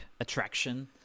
attraction